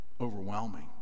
overwhelming